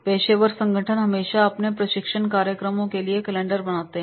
पेशेवर संगठन हमेशा अपने प्रशिक्षण कार्यक्रमों के लिए कैलेंडर बनाते हैं